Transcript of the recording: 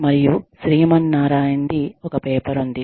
మరియు శ్రీమనారాయణ్ ది ఒక పేపర్ ఉంది